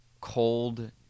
cold